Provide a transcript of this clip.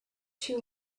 too